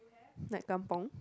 like kampung